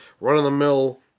run-of-the-mill